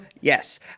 Yes